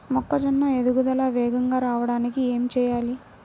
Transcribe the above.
మొక్కజోన్న ఎదుగుదల వేగంగా రావడానికి ఏమి చెయ్యాలి?